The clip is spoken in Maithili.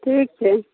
ठीक छै